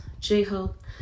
J-Hope